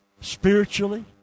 spiritually